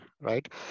right